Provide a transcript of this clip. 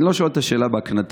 אני לא שואל את השאלה בהקנטה.